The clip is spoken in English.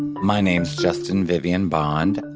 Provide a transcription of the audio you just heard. my name is justin vivian bond.